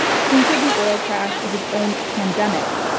think of the oil crash as its own pandemic,